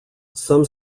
some